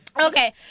okay